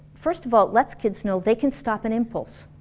first of all, lets kids know they can stop an impulse